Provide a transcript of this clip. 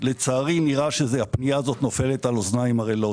לצערי נראה שזה הקריאה הזאת נופלת על אוזניים ערלות.